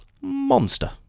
monster